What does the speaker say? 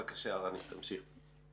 בבקשה, רני, תמשיך.